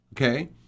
okay